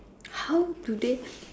how do they